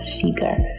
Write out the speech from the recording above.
figure